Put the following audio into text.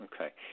Okay